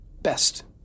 Best